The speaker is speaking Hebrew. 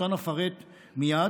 שאותן אפרט מייד,